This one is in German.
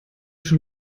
schon